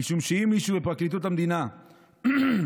משום שאם מישהו בפרקליטות המדינה או